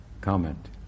comment